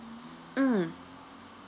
mm